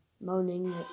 moaning